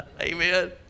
Amen